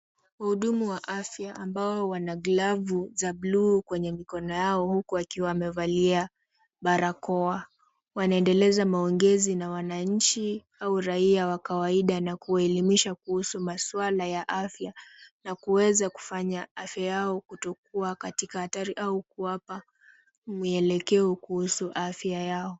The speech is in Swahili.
Wahudumu wa afya ambao wana glavu za blue kwenye mikono yao huku wakiwa wamevalia barakoa. Wanaendeleza maongezi na wananchi au raia wa kawaida na kuwaelimisha kuhusu masuala ya afya na kuweza kufanya afya yao kutokuwa katika hatari au kuwapa mwelekeo kuhusu afya yao.